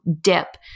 dip